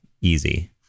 easy